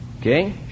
Okay